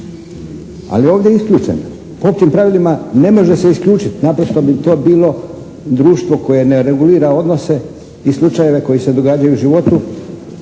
ali ovdje je isključena. Po općim pravilima ne može se isključiti, naprosto bi to bilo društvo koje ne regulira odnose i slučajeve koji se događaju u životu,